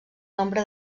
nombre